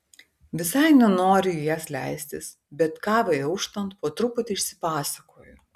visai nenoriu į jas leistis bet kavai auštant po truputį išsipasakoju